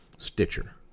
Stitcher